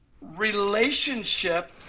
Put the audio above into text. relationship